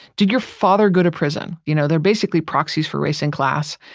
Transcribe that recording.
did your father go to prison? you know they're basically proxies for race and class,